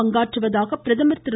பங்காற்றுவதாக பிரதமர் திரு